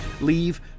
leave